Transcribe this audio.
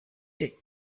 die